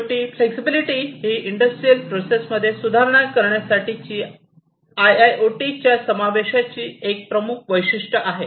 शेवटी फ्लेक्सीबिलीटी ही industrial process मध्ये सुधारणा करण्यासाठी आयआयओटीच्या समावेशाची एक प्रमुख वैशिष्ट्य आहे